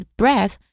breath